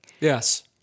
Yes